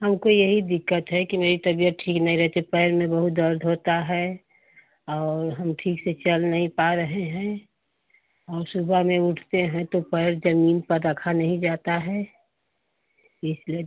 हमको यही दिक्कत है कि मेरी तबियत ठीक नहीं रहती पैर में बहुत दर्द होता है और हम ठीक से चल नहीं पा रहे हैं और सुबह में उठते हैं तो पैर जमीन पर रखा नहीं जाता है इसलिए